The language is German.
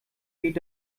geht